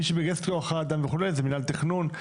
מי שמגייס את כוח האדם וכו' הוא מינהל התכנון.